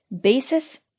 basis